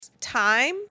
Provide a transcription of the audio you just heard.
time